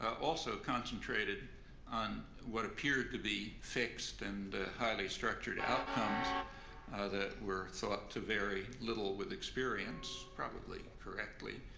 also concentrated on what appeared to be fixed and ah highly structured outcomes that were thought to vary little with experience, probably incorrectly,